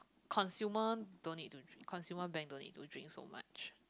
consumer don't need to drink consumer bank don't need to drink so much